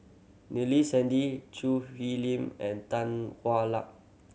Sandy Choo Hwee Lim and Tan Hwa Luck